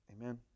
Amen